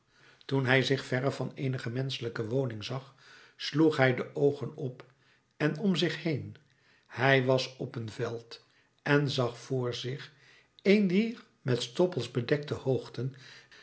toen hij zich verre van eenige menschelijke woning zag sloeg hij de oogen op en om zich heen hij was op een veld en zag voor zich een dier met stoppels bedekte hoogten